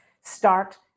start